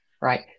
right